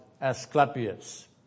Asclepius